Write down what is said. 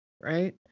Right